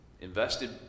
invested